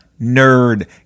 nerd